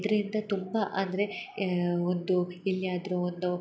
ಇದ್ರಿಂದ ತುಂಬ ಅಂದರೆ ಒಂದು ಎಲ್ಲಿ ಆದರು ಒಂದು